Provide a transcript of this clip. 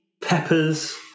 peppers